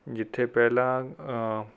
ਜਿੱਥੇ ਪਹਿਲਾਂ